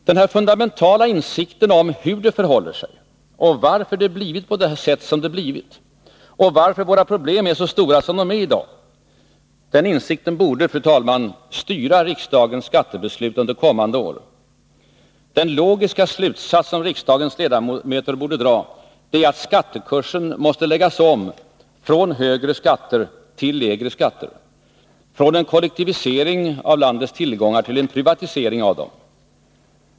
Denna fundamentala insikt om hur det förhåller sig och varför det har blivit på det sätt som det blivit samt varför våra problem är så stora som de är i dag borde, fru talman, styra riksdagens skattebeslut under kommande år. Den logiska slutsats som riksdagens ledamöter borde dra är att skattekursen måste läggas om från högre skatter till lägre skatter, från en kollektivisering av landets tillgångar till en privatisering av dem.